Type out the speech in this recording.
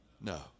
No